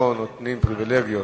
אנחנו לא נותנים פריווילגיות,